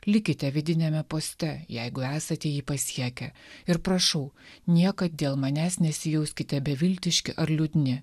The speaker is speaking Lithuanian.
likite vidiniame poste jeigu esate jį pasiekę ir prašau niekad dėl manęs nesijauskite beviltiški ar liūdni